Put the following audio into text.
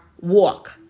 walk